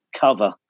cover